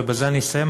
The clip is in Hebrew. ובזה אני אסיים,